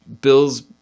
bills